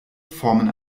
formen